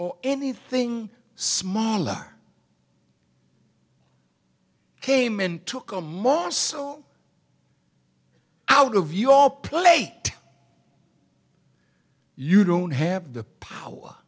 or anything smaller came and took a month or so out of your plate you don't have the power